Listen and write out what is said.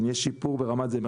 מה